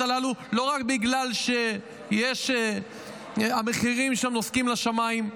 הללו לא רק בגלל שהמחירים שם נוסקים לשמים,